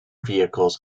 vehicles